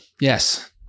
yes